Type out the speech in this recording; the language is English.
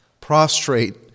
Prostrate